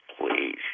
Please